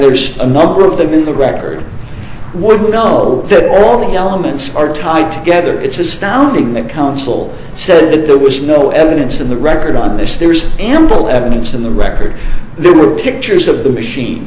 there's a number of them in the record would know that all the elements are tied together it's astounding the council said that there was no evidence in the record on this there was ample evidence in the record there were pictures of the machine